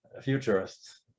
futurists